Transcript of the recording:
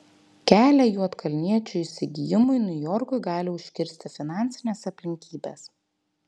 kelią juodkalniečio įsigijimui niujorkui gali užkirsti finansinės aplinkybės